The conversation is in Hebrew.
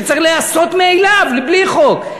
שזה צריך להיעשות מאליו ובלי חוק,